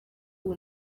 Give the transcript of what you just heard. ubu